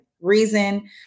reason